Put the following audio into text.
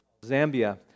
Zambia